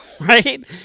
right